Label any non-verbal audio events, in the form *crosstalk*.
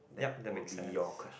that would be your *noise*